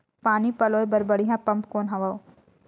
पानी पलोय बर बढ़िया पम्प कौन हवय?